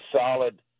solid